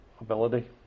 ability